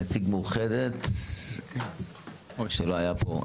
נציג מאוחדת שלא היה פה,